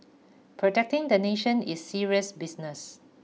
protecting the nation is serious business